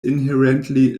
inherently